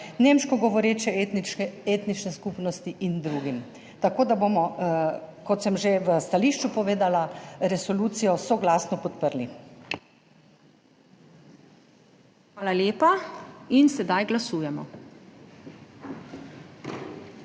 nemško govoreče etnične skupnosti in drugim. Tako da bomo, kot sem že v stališču povedala, resolucijo soglasno podprli. **PREDSEDNICA MAG.